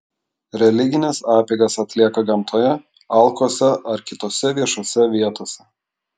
religines apeigas atlieka gamtoje alkuose ar kitose viešose vietose